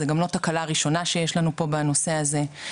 זה גם לא תקלה ראשונה שיש לנו פה בנושא הזה,